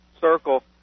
circle